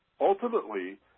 Ultimately